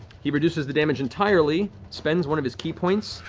he reduces the damage entirely, spends one of his ki points,